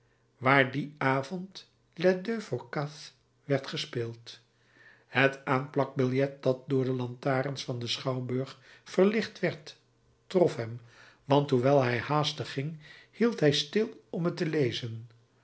waar dien avond les deux forçats werd gespeeld het aanplakbiljet dat door de lantaarns van den schouwburg verlicht werd trof hem want hoewel hij haastig ging hield hij stil om het te lezen